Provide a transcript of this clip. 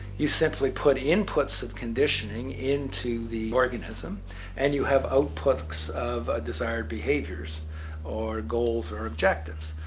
you simply put inputs of conditioning into the organism and you have outputs of desired behaviors or goals or objectives.